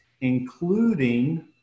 including